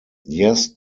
yes